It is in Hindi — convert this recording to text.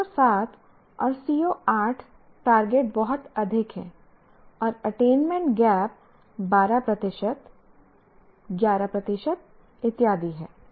CO 7 और CO 8 टारगेट बहुत अधिक हैं और अटेनमेंट गैप 12 प्रतिशत 11 प्रतिशत इत्यादि है